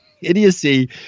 idiocy